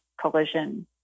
collision